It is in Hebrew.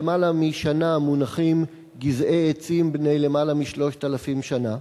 משנה מונחים גזעי עצים בני יותר מ-3,000 שנה,